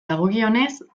dagokionez